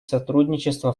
сотрудничество